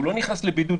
הוא לא נכנס לבידוד,